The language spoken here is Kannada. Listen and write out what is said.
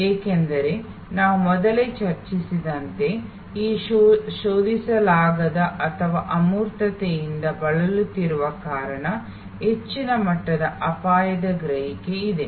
ಏಕೆಂದರೆ ನಾವು ಮೊದಲೇ ಚರ್ಚಿಸಿದಂತೆ ಈ ಶೋಧಿಸಲಾಗದ ಅಥವಾ ಅಮೂರ್ತತೆಯಿಂದ ಬಳಲುತ್ತಿರುವ ಕಾರಣ ಹೆಚ್ಚಿನ ಮಟ್ಟದ ಅಪಾಯದ ಗ್ರಹಿಕೆ ಇದೆ